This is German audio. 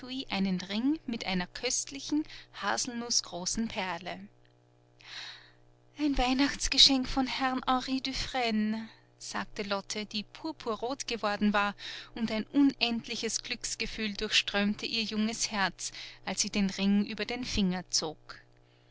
einen ring mit einer köstlichen haselnußgroßen perle ein weihnachtsgeschenk von herrn henry dufresne sagte lotte die purpurrot geworden war und ein unendliches glücksgefühl durchströmte ihr junges herz als sie den ring über den finger zog